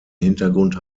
hintergrund